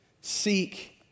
seek